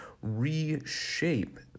reshape